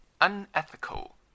unethical